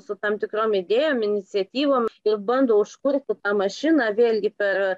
su tam tikrom idėjom iniciatyvom ir bando užkurti tą mašiną vėlgi per